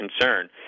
concern